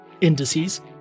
indices